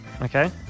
Okay